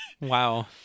Wow